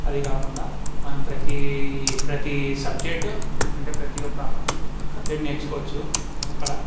అది కాకుండా మనం ప్రతీ ప్రతీ సబ్జెక్టు అంటే ప్రతీ ఒక్క సబ్జెక్ట్ నేర్చుకోవచ్చు అక్కడ